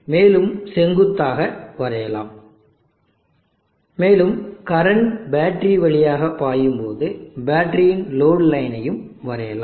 மேலும் செங்குத்தாக வரையலாம் மேலும் கரண்ட் பேட்டரி வழியாக பாயும் போது பேட்டரியின் லோடு லைனையும் வரையலாம்